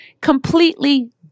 Completely